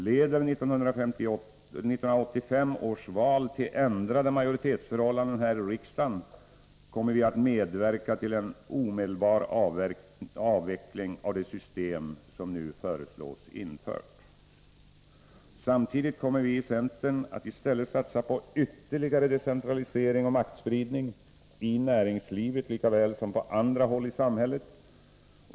Leder 1985 års val till ändrade majoritetsförhållanden här i riksdagen, kommer vi att medverka till en omedelbar avveckling av det system som nu föreslås bli infört. Samtidigt kommer vi i centern att i stället satsa på ytterligare decentralisering och maktspridning — i näringslivet lika väl som på andra håll i samhället.